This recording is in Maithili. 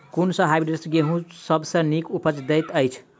कुन सँ हायब्रिडस गेंहूँ सब सँ नीक उपज देय अछि?